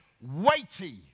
weighty